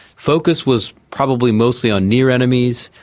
focus was probably mostly on near enemies,